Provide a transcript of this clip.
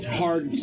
hard